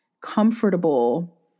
comfortable